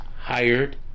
hired